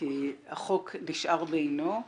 כי החוק נשאר בעינו.